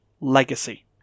legacy